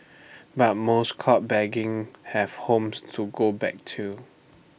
but most caught begging have homes to go back to